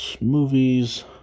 Movies